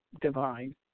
divine